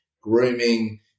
grooming